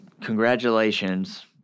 Congratulations